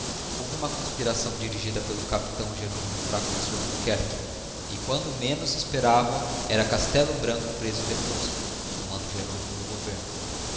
houve uma conspiração dirigida pelo capitão jeronymo fragoso de albuquerque e quando menos digiti zedby google esperava era castello branco preso e deposto tomando jeronyrao o governo